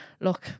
look